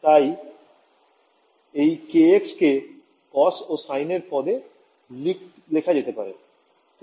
তাই এই kx কে cos ও sin এর পদে লেখা যেতে পারে